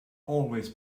always